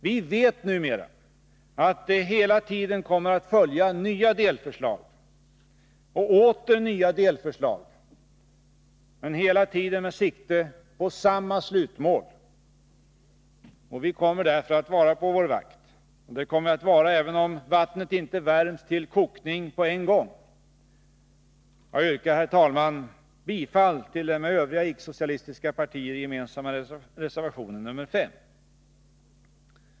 Vi vet numera att det hela tiden kommer att följa nya delförslag, och åter nya delförslag, men hela tiden med sikte på samma slutmål. Vi kommer därför att vara på vår vakt. Och det kommer vi att vara även om vattnet inte värms till kokning på en gång. Jag yrkar, herr talman, bifall till den för folkpartiet och övriga ickesocialistiska partier gemensamma reservationen nr 5.